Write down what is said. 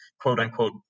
quote-unquote